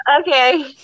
Okay